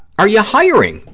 are you hiring?